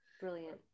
brilliant